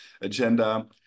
agenda